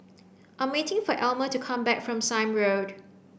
I'm waiting for Almer to come back from Sime Road